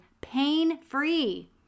pain-free